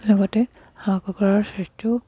লগতে হাঁহ কুকুৰাৰ স্বাস্থ্যও